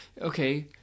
okay